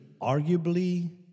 Arguably